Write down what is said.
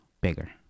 bigger